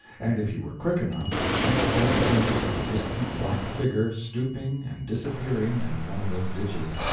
and if you were quick enough you might catch a glimpse of a distant black figure stooping and disappearing in one of those ditches,